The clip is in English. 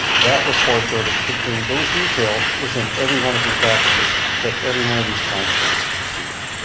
that report though that contained those details was in every one of your packages that every one of these councillors receives.